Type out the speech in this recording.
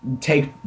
Take